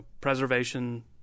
preservation